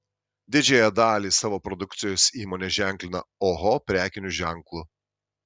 didžiąją dalį savo produkcijos įmonė ženklina oho prekiniu ženklu